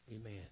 Amen